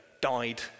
died